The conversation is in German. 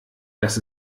dass